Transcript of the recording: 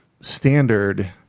standard